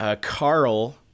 Carl